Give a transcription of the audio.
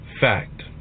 Fact